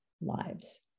lives